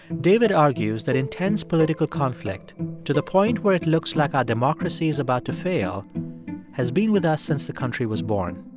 david argues that intense political conflict to the point where it looks like our democracy is about to fail has been with us since the country was born.